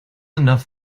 enough